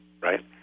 right